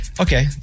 okay